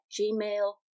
gmail